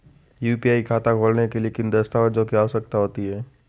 UPI खाता खोलने के लिए किन दस्तावेज़ों की आवश्यकता होती है?